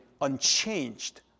unchanged